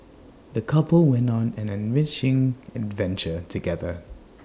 the couple went on an enriching adventure together